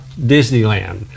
Disneyland